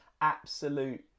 absolute